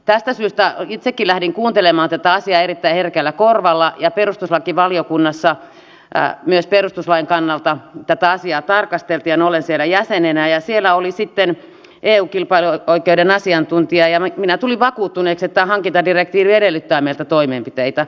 tästä syystä itsekin lähdin kuuntelemaan tätä asiaa erittäin herkällä korvalla ja perustuslakivaliokunnassa myös perustuslain kannalta tätä asiaa tarkasteltiin olen siellä jäsenenä ja siellä oli sitten eu kilpailuoikeuden asiantuntija ja minä tulin vakuuttuneeksi että tämä hankintadirektiivi edellyttää meiltä toimenpiteitä